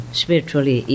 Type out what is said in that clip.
spiritually